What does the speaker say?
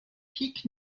pike